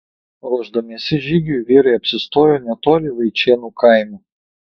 ruošdamiesi žygiui vyrai apsistojo netoli vaičėnų kaimo